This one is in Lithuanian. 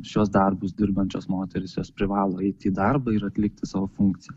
šiuos darbus dirbančios moterys jos privalo eiti į darbą ir atlikti savo funkcijas